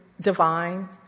divine